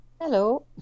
Hello